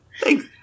Thanks